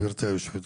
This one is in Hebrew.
גברתי היושבת-ראש.